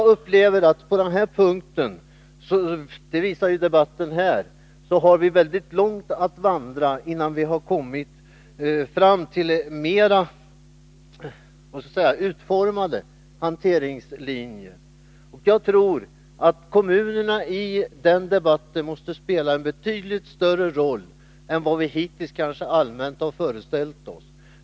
Debatten här visar att vi har väldigt långt att vandra innan vi kommit fram till en mer utformad hanteringslinje. Jag tror att kommunerna i den debatten måste spela en betydligt större roll än vad vi hittills kanske allmänt har föreställt oss.